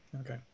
Okay